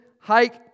hike